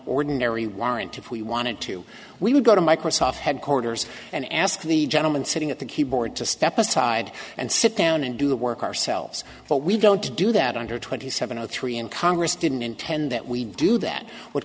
ordinary warrant if we wanted to we would go to microsoft headquarters and ask the gentleman sitting at the keyboard to step aside and sit down and do the work ourselves but we don't do that under twenty seven zero three and congress didn't intend that we do that w